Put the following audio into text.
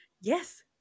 Yes